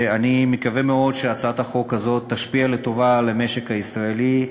אני מקווה מאוד שהצעת החוק הזאת תשפיע לטובה על המשק הישראלי,